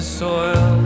soil